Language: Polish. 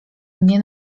mnie